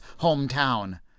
hometown